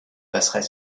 passerait